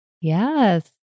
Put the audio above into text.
yes